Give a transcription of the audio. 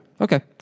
Okay